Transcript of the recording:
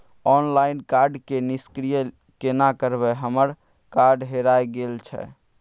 Online card के निष्क्रिय केना करबै हमर कार्ड हेराय गेल छल?